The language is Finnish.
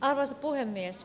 arvoisa puhemies